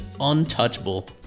untouchable